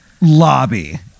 lobby